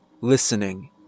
listening